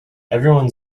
everyone